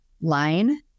line